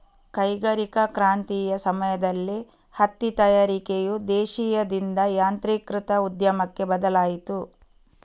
ಕೈಗಾರಿಕಾ ಕ್ರಾಂತಿಯ ಸಮಯದಲ್ಲಿ ಹತ್ತಿ ತಯಾರಿಕೆಯು ದೇಶೀಯದಿಂದ ಯಾಂತ್ರೀಕೃತ ಉದ್ಯಮಕ್ಕೆ ಬದಲಾಯಿತು